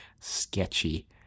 Sketchy